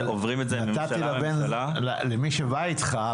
נתתי למי שבא איתך,